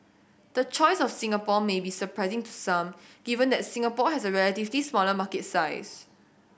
the choice of Singapore may be surprising to some given that Singapore has a relatively smaller market size